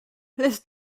laisse